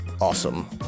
awesome